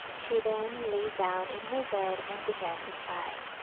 she then lay down in her bed and began to sigh.